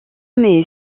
est